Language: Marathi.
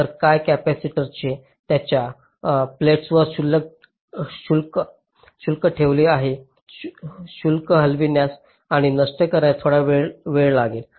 तर कारण कॅपेसिटरने त्याच्या प्लेट्सवर शुल्क ठेवले आहे शुल्क हलविण्यात आणि नष्ट होण्यास थोडा वेळ लागेल